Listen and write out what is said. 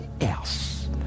else